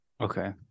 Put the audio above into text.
okay